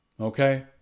Okay